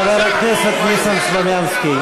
חבר הכנסת ניסן סלומינסקי.